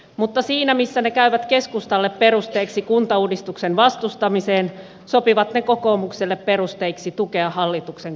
mutta siinä missä ne käyvät keskustalle perusteiksi kuntauudistuksen vastustamiseen sopivat ne kokoomukselle perusteiksi tukea hallituksen kuntauudistustyötä